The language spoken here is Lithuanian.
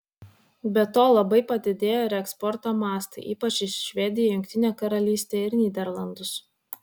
be to labai padidėjo reeksporto mastai ypač į švediją jungtinę karalystę ir nyderlandus